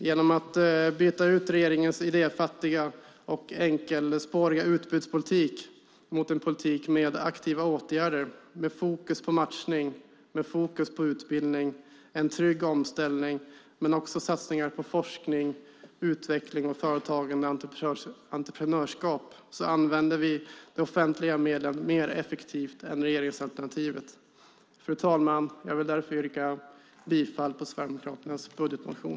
Genom att byta ut regeringens idéfattiga och enkelspåriga utbudspolitik mot en politik för aktiva åtgärder med fokus på matchning, med fokus på utbildning, en trygg omställning men också satsningar på forskning, utveckling, företagande och entreprenörskap använder vi de offentliga medlen mer effektivt än enligt regeringsalternativet. Fru talman! Jag vill därför yrka bifall till Sverigedemokraternas budgetmotion.